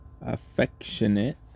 Affectionate